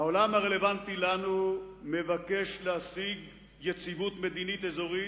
העולם הרלוונטי לנו מבקש להשיג יציבות מדינית אזורית,